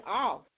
off